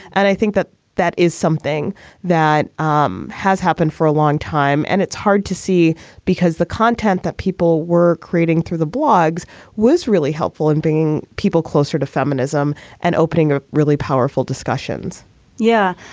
and i think that that is something that um has happened for a long time. and it's hard to see because the content that people were creating through the blogs was really helpful in bringing people closer to feminism and opening a really powerful discussions yeah,